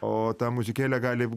o ta muzikėlė gali